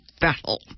battle